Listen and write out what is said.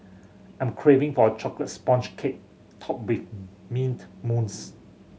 I'm craving for a chocolate sponge cake topped with mint mousse